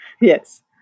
yes